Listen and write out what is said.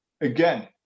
again